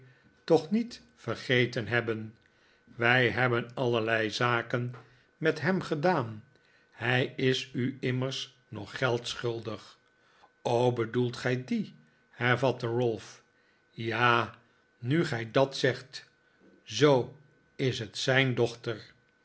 toch niet vergeten hebben wij hebben allebei zaken met hem gedaan hij is u immers nog geld schuldig bedoelt gij dien hervatte ralph ja nu gij dat zegt zoo is het zijn dochter